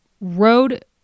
road